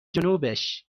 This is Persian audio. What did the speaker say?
جنوبش